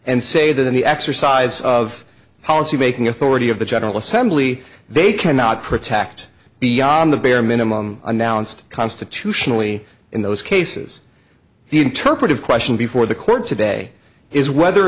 and say that the exercise of policy making authority of the general assembly they cannot protect beyond the bare minimum announced constitutionally in those cases the interpretive question before the court today is whether or